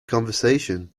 conversation